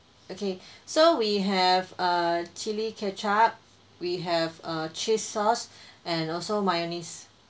okay so we have a chilli ketchup we have a cheese sauce and also mayonnaise